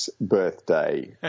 birthday